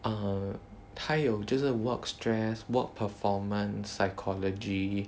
err 它有就是 work stress work performance psychology